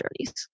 journeys